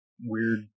weird